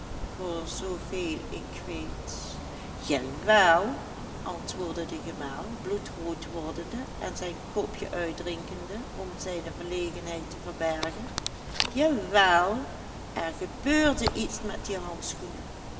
voor zooveel ik weet ja wel antwoordde de gemaal bloedrood wordende en zijn kopje uitdrinkende om zijne verlegenheid te verbergen jawel er gebeurde iets met die handschoenen